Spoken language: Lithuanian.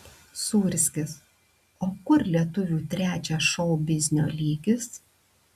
sūrskis o kur lietuvių trečias šou biznio lygis